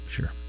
Sure